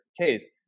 case